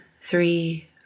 three